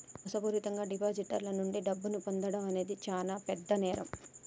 మోసపూరితంగా డిపాజిటర్ల నుండి డబ్బును పొందడం అనేది చానా పెద్ద నేరం